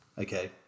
Okay